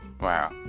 Wow